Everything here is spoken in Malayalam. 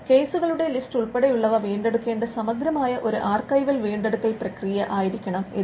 കേസുകളുടെ ലിസ്റ്റ് ഉൾപ്പെടയുള്ളവ വീണ്ടെടുക്കേണ്ട സമഗ്രമായ ഒരു ആർക്കൈവൽ വീണ്ടെടുക്കൽ പ്രക്രിയ ആയിരിക്കണം ഇത്